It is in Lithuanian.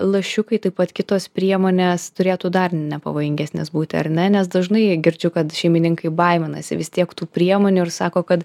lašiukai taip pat kitos priemonės turėtų dar ne pavojingesnės būti ar ne nes dažnai girdžiu kad šeimininkai baiminasi vis tiek tų priemonių ir sako kad